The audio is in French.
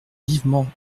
vivement